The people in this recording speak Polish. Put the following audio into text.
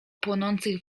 płonących